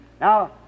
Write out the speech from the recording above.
Now